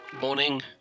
morning